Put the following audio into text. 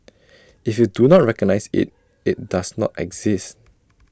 if you do not recognise IT it does not exist